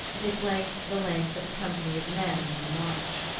and his length the length of a company of men on the march.